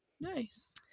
Nice